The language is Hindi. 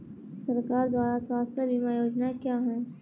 सरकार द्वारा स्वास्थ्य बीमा योजनाएं क्या हैं?